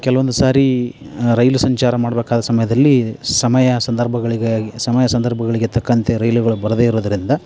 ಕೆಲವೊಂದು ಸಾರಿ ರೈಲು ಸಂಚಾರ ಮಾಡಬೇಕಾದ ಸಮಯದಲ್ಲಿ ಸಮಯ ಸಂದರ್ಭಗಳಿಗಾಗಿ ಸಮಯ ಸಂದರ್ಭಗಳಿಗೆ ತಕ್ಕಂತೆ ರೈಲುಗಳು ಬರದೇ ಇರೋದರಿಂದ